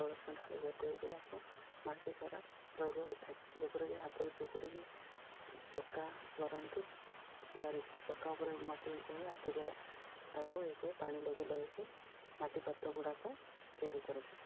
କଳସ ଢାଳ ଯାକ ଏ ଗୁଡ଼ାକ ମାଟି ଦ୍ୱାରା ପ୍ରୟୋଗ ହୋଇଥାଏ ଯେପରିକି ହାତରେ ଚୁକୁୁଡ଼ିକି ଚକା କରାନ୍ତି ତିଆରି ଚକା ଉପରେ ମାଟି କହେ ହାତ ଦ୍ୱାରା ତାକୁ ଇଏ କରି ପାଣି ଲଗେଇ ଲଗେଇକି ମାଟି ପାତ୍ର ଗୁଡ଼ାକୁ ତିଆରି କରାଯାଏ